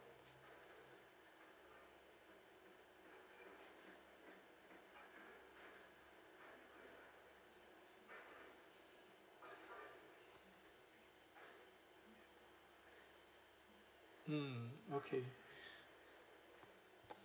mm okay